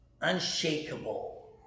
unshakable